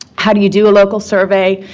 how do you do a local survey?